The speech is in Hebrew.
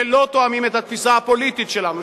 שלא תואמים את התפיסה הפוליטית שלנו,